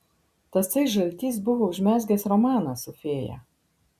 tasai žaltys buvo užmezgęs romaną su fėja